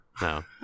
No